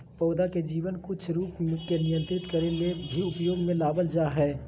पौधा के जीवन कुछ रूप के नियंत्रित करे ले भी उपयोग में लाबल जा हइ